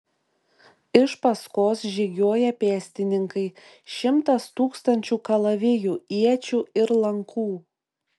iš paskos žygiuoja pėstininkai šimtas tūkstančių kalavijų iečių ir lankų